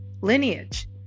lineage